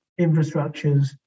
infrastructures